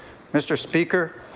mr. speaker,